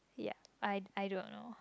ya I I don't know